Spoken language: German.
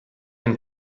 ein